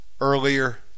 earlier